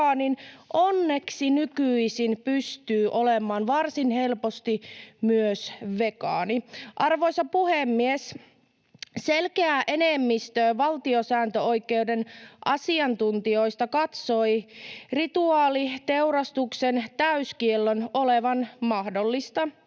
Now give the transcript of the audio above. onneksi nykyisin pystyy olemaan varsin helposti myös vegaani. Arvoisa puhemies! Selkeä enemmistö valtiosääntöoikeuden asiantuntijoista katsoi rituaaliteurastuksen täyskiellon olevan mahdollista.